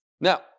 Now